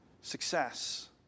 success